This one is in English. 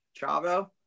Chavo